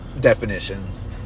definitions